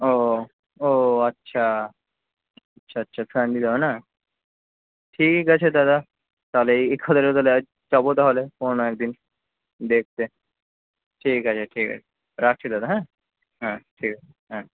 ও ও আচ্ছা আচ্ছা আচ্ছা ফাইন দিতে হবে না ঠিক আছে দাদা তাহলে এই কথাটা তালে আজ যাবো তাহলে কোনো না একদিন দেখতে ঠিক আছে ঠিক আছে রাখছি দাদা হ্যাঁ হ্যাঁ ঠিক আছে হ্যাঁ